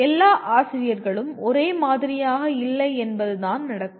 எல்லா ஆசிரியர்களும் ஒரே மாதிரியாக இல்லை என்பதுதான் நடக்கும்